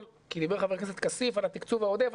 כי דיבר ח"כ כסיף על התקצוב העודף,